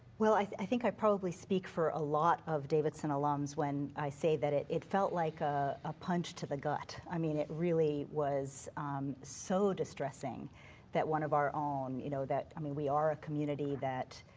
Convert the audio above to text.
well, i i think i probably speak for a lot of davidson alums when i say that it it felt like ah a punch to the gut. i mean, it really was so distressing that one of our own, you know, i mean we are a community that